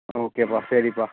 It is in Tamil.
ஆ ஓகேப்பா சரிப்பா